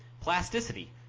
Plasticity